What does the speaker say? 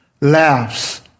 laughs